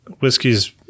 Whiskey's